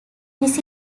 this